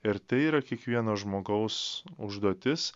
ir tai yra kiekvieno žmogaus užduotis